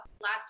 last